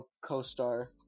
co-star